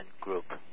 Group